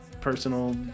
personal